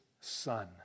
Son